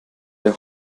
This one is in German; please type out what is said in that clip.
der